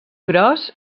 gros